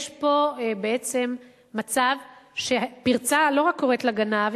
יש פה בעצם מצב שהפרצה לא רק קוראת לגנב,